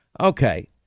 Okay